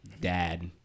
dad